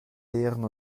leeren